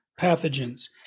pathogens